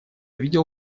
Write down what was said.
видел